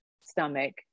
stomach